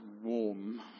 warm